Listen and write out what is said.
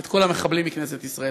את כל המחבלים מכנסת ישראל.